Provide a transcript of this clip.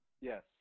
Yes